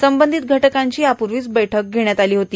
संबंधित घटकांची यापूर्वीचं बैठक घेण्यात आली आहे